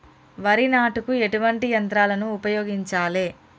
వరి నాటుకు ఎటువంటి యంత్రాలను ఉపయోగించాలే?